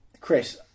Chris